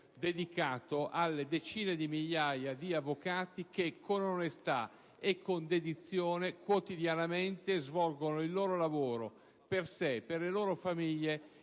dedicato a decine di migliaia di avvocati che, con onestà e dedizione, quotidianamente svolgono il proprio lavoro, per sé, per le proprie famiglie